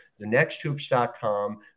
TheNextHoops.com